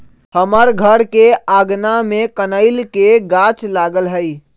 हमर घर के आगना में कनइल के गाछ लागल हइ